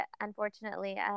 unfortunately